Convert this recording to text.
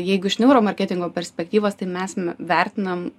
jeigu iš neuro marketingo perspektyvos tai mes vertinam